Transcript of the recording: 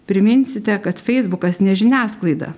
priminsite kad feisbukas ne žiniasklaida